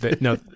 No